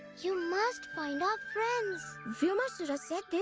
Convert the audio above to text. you must find our friends. vyomasura said